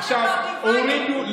עכשיו, הורידו,